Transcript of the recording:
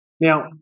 Now